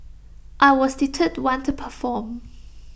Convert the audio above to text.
I was the third one to perform